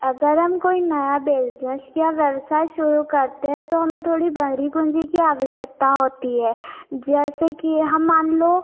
अगर हम कोई नया बिजनेस या व्यवसाय शुरू करते हैं तो हमें थोड़ी बड़ी पूंजी की आवश्यकता होती है जैसे कि हम मान लो